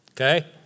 okay